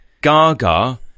Gaga